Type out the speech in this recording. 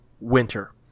winter